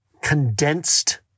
condensed